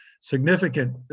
significant